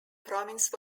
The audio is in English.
province